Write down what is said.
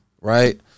Right